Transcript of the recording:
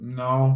no